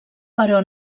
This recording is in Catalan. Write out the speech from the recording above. però